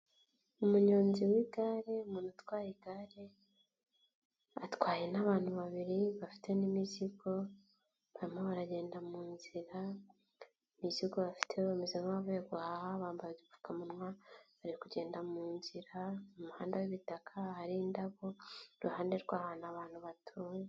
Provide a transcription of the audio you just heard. Umunyonzi w'igare umuntu utwaye igare, atwaye n'abantu babiri bafite n'imizigo, barimo baragenda mu nzira, imizigo bafite bameza nk'abavuye guhaha, bambaye upfukamunwa, bari kugenda mu nzira mu muhanda w'ibitaka, hari indabo iruhande rw'ahantu abantu batuye.